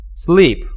Sleep